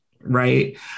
right